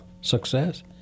success